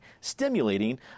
stimulating